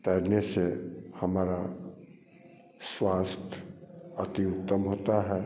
तैरने से हमारा स्वास्थ्य अति उत्तम होता है